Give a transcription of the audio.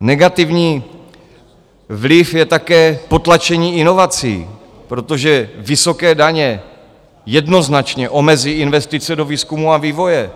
Negativní vliv je také potlačení inovací, protože vysoké daně jednoznačně omezí investice do výzkumu a vývoje,